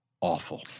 awful